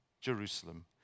Jerusalem